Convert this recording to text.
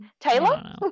Taylor